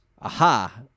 Aha